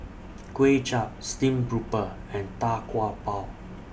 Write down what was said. Kway Chap Steamed Grouper and Tau Kwa Pau